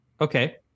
Okay